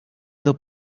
del